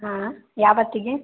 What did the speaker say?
ಹಾಂ ಯಾವತ್ತಿಗೆ